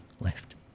left